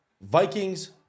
Vikings